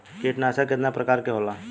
कीटनाशक केतना प्रकार के होला?